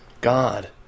God